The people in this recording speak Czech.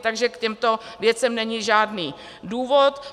Takže k těmto věcem není žádný důvod.